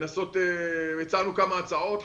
והצענו כמה הצעות,